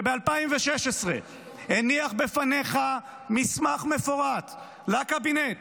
שב-2016 הניח בפניך מסמך מפורט לקבינט